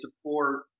support